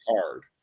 card